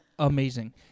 Amazing